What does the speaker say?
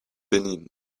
benin